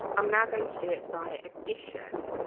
um now going to do it by addition